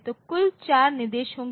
तो कुल चार निर्देश होंगे